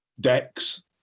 decks